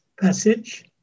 passage